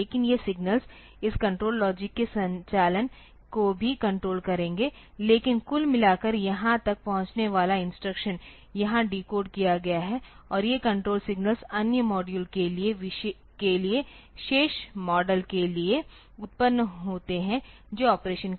लेकिन ये सिग्नल इस कण्ट्रोल लॉजिक के संचालन को भी कण्ट्रोल करेंगे लेकिन कुल मिलाकर यहां तक पहुंचने वाला इंस्ट्रक्शन यहां डिकोड किया गया है और ये कण्ट्रोल सिग्नल्स अन्य मॉड्यूल के लिए शेष मॉडल के लिए उत्पन्न होते हैं जो ऑपरेशन करेंगे